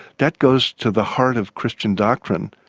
that goes to the heart of christian doctrine.